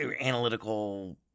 analytical